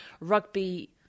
rugby